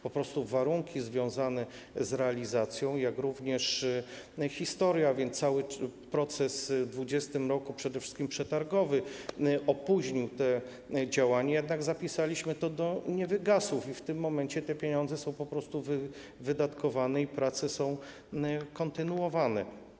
Po prostu warunki związane z realizacją, jak również historia, a więc cały proces w 2020 r. przede wszystkim przetargowy opóźnił to działanie, jednak zapisaliśmy to do niewygasów i w tym momencie te pieniądze są po prostu wydatkowane i prace są kontynuowane.